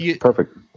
perfect